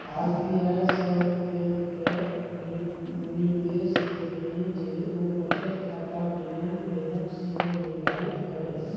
RBI सभ बैंककेँ निदेर्श देलनि जे ओ बचत खाताक लेन देनक सीमा निर्धारित करय